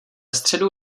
středu